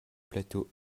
plateau